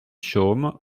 chaumes